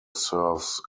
serves